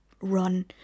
run